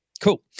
Cool